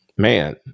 man